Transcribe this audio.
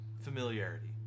familiarity